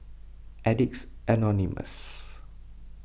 Addicts Anonymous